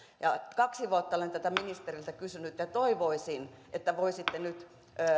kahden vuoden ajan olen tätä ministeriltä kysynyt toivoisin että voisitte nyt